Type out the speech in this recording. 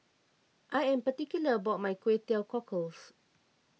I am particular about my Kway Teow Cockles